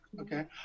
Okay